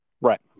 Right